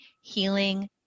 healing